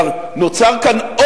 נוצר כאן,